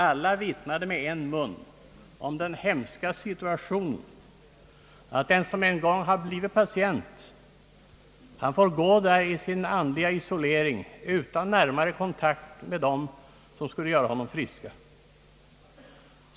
Alla vittnade med en mun om den hemska situationen att den som en gång blivit patient får gå där i sin andliga isolering utan närmare kontakt med dem som skulle göra honom frisk.